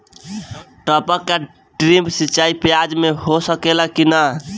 टपक या ड्रिप सिंचाई प्याज में हो सकेला की नाही?